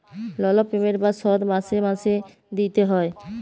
লল পেমেল্ট বা শধ মাসে মাসে দিইতে হ্যয়